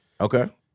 Okay